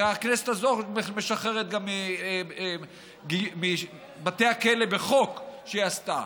הרי הכנסת הזאת משחררת מבתי כלא בחוק שהיא עשתה.